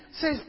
says